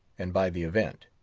and by the event